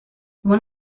one